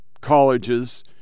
colleges